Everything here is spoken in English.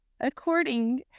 according